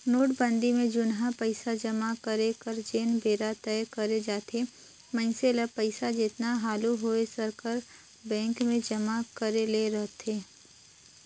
नोटबंदी में जुनहा पइसा जमा करे कर जेन बेरा तय करे जाथे मइनसे ल पइसा जेतना हालु होए सकर बेंक में जमा करे ले रहथे